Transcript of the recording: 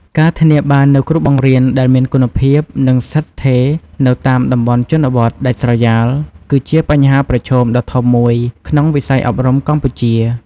ការធានាបាននូវគ្រូបង្រៀនដែលមានគុណភាព និងស្ថិតស្ថេរនៅតាមតំបន់ជនបទដាច់ស្រយាល គឺជាបញ្ហាប្រឈមដ៏ធំមួយនៅក្នុងវិស័យអប់រំកម្ពុជា។